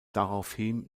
daraufhin